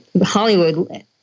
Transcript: Hollywood